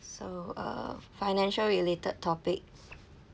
so uh financial related topic